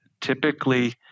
typically